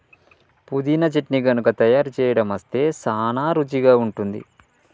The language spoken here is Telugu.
పుదీనా చట్నీ గనుక తయారు సేయడం అస్తే సానా రుచిగా ఉంటుంది